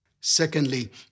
Secondly